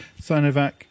Sinovac